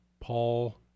Paul